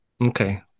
Okay